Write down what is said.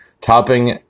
topping